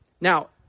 Now